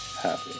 happy